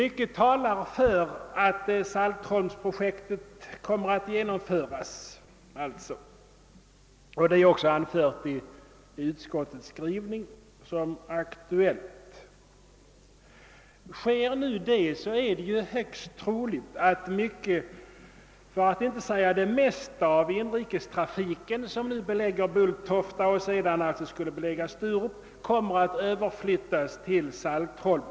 Mycket talar alltså för att saltholmsprojektet kommer att genomföras, och det anges ju också som aktuellt i utskottsutlåtandet. Om så sker, är det troligt att en stor del, för att inte säga det mesta, av inrikestrafiken, som nu belägger Bulltofta och sedan skulle komma att belägga Sturup, kommer att överflyttas till "Saltholm.